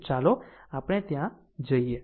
તો ચાલો આપણે ત્યાં જઈએ